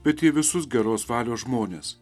bet į visus geros valios žmones